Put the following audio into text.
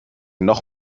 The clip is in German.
noch